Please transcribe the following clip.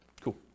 Cool